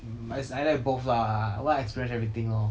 but is I like both lah I want experience everything lor